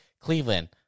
Cleveland